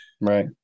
Right